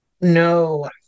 No